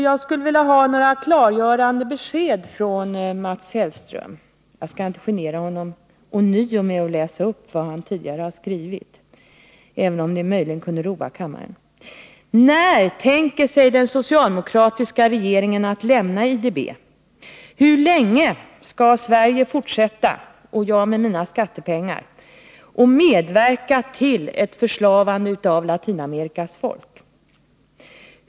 Jag skulle vilja ha några klargörande besked från Mats Hellström. Jag skall inte genera honom ånyo med att läsa upp vad han tidigare har skrivit, även om det möjligen kunde roa kammaren. När tänker sig den socialdemokratiska regeringen att Sverige skall lämna IDB? Hur länge skall Sverige fortsätta, och jag med mina skattepengar, att medverka till ett förslavande av Latinamerikas folk?